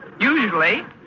usually